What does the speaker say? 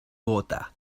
bogotá